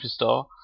superstar